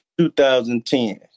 2010